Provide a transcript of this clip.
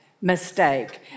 mistake